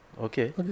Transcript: okay